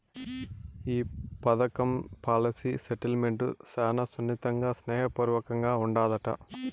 ఈ పదకం policy settlement శానా సున్నితంగా, స్నేహ పూర్వకంగా ఉండాదట